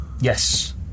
yes